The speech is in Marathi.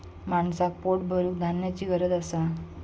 माणसाक पोट भरूक धान्याची गरज असा